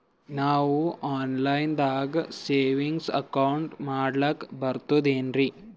ನಾವು online ದಾಗ savings account ಮಾಡಸ್ಲಾಕ ಬರ್ತದೇನ್ರಿ?